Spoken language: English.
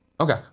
Okay